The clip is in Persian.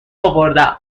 اوردم